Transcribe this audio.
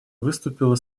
выступила